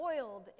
boiled